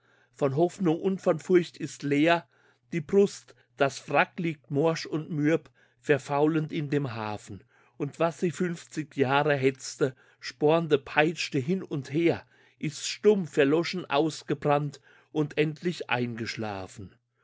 von hoffnung und von furcht ist leer die brust das wrack liegt morsch und mürb verfaulend in dem hafen und was sie fünfzig jahre hetzte spornte peitschte hin und her ist stumm verloschen ausgebrannt und endlich eingeschlafen